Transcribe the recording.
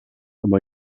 aber